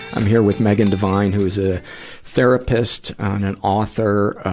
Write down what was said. i'm here with megan devine, who's a therapist and an author.